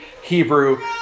Hebrew